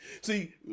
See